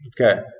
Okay